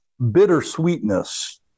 bittersweetness